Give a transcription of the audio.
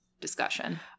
discussion